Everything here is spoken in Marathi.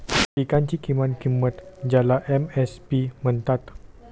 पिकांची किमान किंमत ज्याला एम.एस.पी म्हणतात